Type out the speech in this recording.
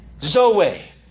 Zoe